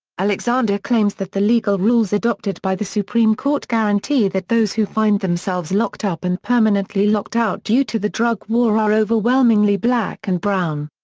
alexander claims that the legal rules adopted by the supreme court guarantee that those who find themselves locked up and permanently locked out due to the drug war are overwhelmingly black and brown.